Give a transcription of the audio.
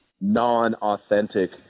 non-authentic